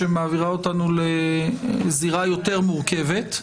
שמעבירה אותנו לזירה יותר מורכבת.